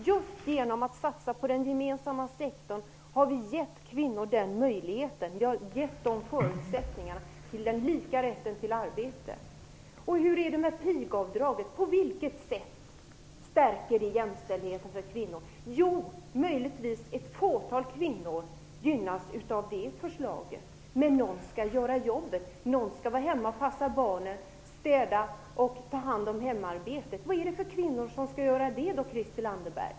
Just genom att satsa på den gemensamma sektorn har vi gett kvinnor förutsättningarna till lika rätt till arbete. Hur är det med pigavdraget? På vilket sätt stärker det jämställdheten för kvinnor? Möjligtvis gynnas ett fåtal kvinnor av det förslaget. Men någon skall göra jobbet, någon skall vara hemma och passa barnen, städa och ta hand om det övriga hemarbetet. Vad är det för kvinnor som skall göra det, Christel Anderberg?